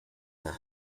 are